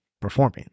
performing